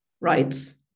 rights